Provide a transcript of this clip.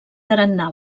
tarannà